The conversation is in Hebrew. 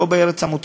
לא בארץ המוצא,